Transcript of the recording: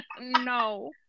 no